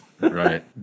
Right